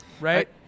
right